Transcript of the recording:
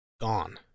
gone